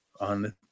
on